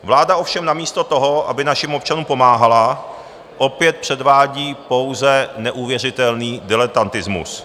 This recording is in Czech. Vláda ovšem namísto toho, aby našim občanům pomáhala, opět předvádí pouze neuvěřitelný diletantismus.